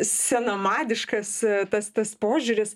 senamadiškas tas tas požiūris